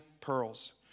pearls